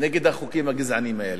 נגד החוקים הגזעניים האלה.